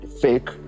fake